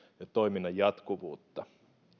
ja toiminnan jatkuvuutta